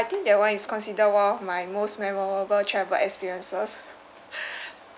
think that one is considered one of my most memorable travel experiences